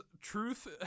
truth